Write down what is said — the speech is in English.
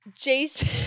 Jason